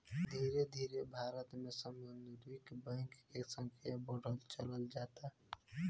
धीरे धीरे भारत में सामुदायिक बैंक के संख्या बढ़त चलल जाता